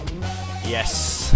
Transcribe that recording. yes